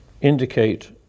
indicate